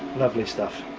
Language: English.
lovely stuff.